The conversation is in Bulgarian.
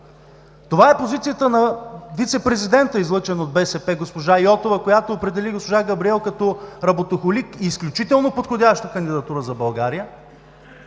Това е позицията на вицепрезидента, излъчен от БСП – госпожа Йотова, която определи госпожа Габриел като работохолик и изключително подходяща кандидатура за България